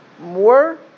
more